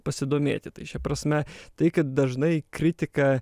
pasidomėti tai šia prasme tai kad dažnai kritiką